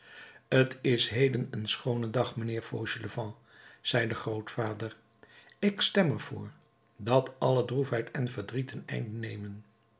t is heden een schoone dag mijnheer fauchelevent zei de grootvader ik stem er voor dat alle droefheid en verdriet een einde nemen